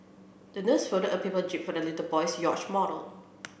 the nurse folded a paper jib for the little boy's yacht model